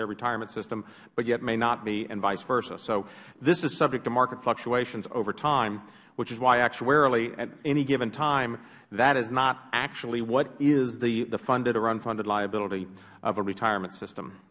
their retirement system but yet may not be and vice versa so this is subject to market fluctuations over time which is why actuarial at any given time that is not actually what is the funded or unfunded liability of a retirement system